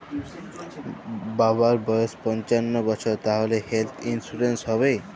বাবার বয়স পঞ্চান্ন বছর তাহলে হেল্থ ইন্সুরেন্স হবে?